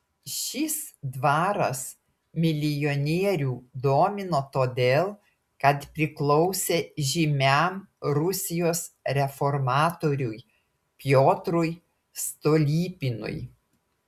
šis dvaras milijonierių domino todėl kad priklausė žymiam rusijos reformatoriui piotrui stolypinui